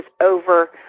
over